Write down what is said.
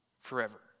forever